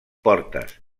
portes